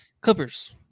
Clippers